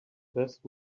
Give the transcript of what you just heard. best